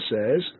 says